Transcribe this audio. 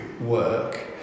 work